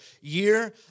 year